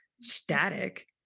static